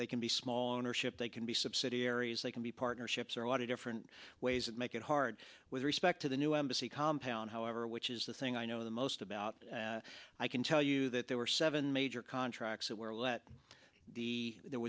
they can be small ownership they can be subsidiaries they can be partnerships or a lot of different ways that make it hard with respect to the new embassy compound however which is the thing i know the most about i can tell you that there were seven major contracts that were let the there